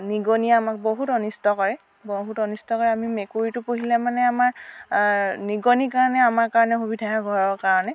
নিগনিয়ে আমাক বহুত অনিষ্ট কৰে বহুত অনিষ্ট কৰে আমি মেকুৰীটো পুহিলে মানে আমাৰ নিগনিৰ কাৰণে আমাৰ কাৰণে সুবিধা হয় ঘৰৰ কাৰণে